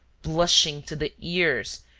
blushing to the ears,